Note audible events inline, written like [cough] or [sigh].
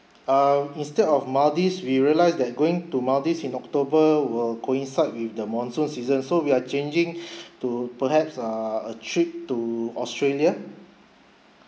um instead of maldives we realise that going to maldives in october will coincide with the monsoon season so we are changing [breath] to perhaps err a trip to australia